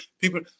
people